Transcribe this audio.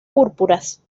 púrpuras